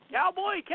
Cowboy